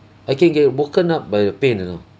I can get woken up by the pain you know